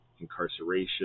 incarceration